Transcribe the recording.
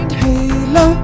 halo